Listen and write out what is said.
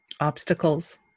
obstacles